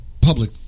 public